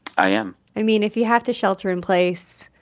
i am i mean, if you have to shelter in place.